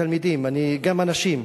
תלמידים, תלמידים, גם אנשים.